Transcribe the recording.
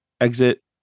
exit